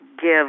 give